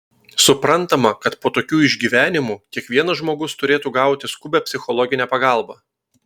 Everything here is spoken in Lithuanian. suprantama kad po tokių išgyvenimų kiekvienas žmogus turėtų gauti skubią psichologinę pagalbą